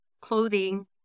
clothing